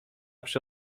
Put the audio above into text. przy